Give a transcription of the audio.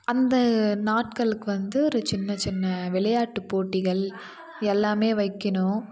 அந்த நாட்களுக்கு வந்து ஒரு சின்ன சின்ன விளையாட்டு போட்டிகள் எல்லாமே வைக்கணும்